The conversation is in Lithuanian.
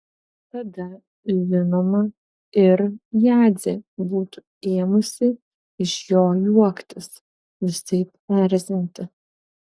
tada žinoma ir jadzė būtų ėmusi iš jo juoktis visaip erzinti